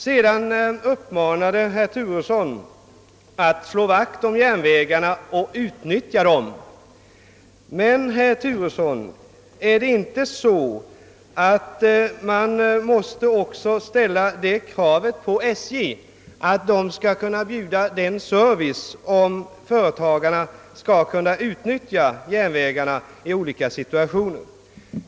Herr Turesson uppmanade folk att slå vakt om järnvägarna och utnyttja dem, men, herr Turesson, måste man inte också ställa det kravet att SJ bjuder en tillfredsställande service, om företagarna skall kunna använda järnvägarna i olika situationer?